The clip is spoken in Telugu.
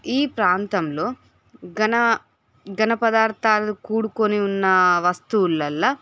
ఈ ప్రాంతంలో ఘన ఘనపదార్థాలు కూడుకోని ఉన్న వస్తువులలో